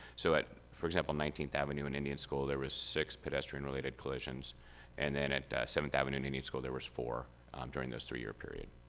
so at, for example, nineteenth avenue and indian school, there was six pedestrian related collisions and then at seventh avenue and indian school there was four during those three-year period.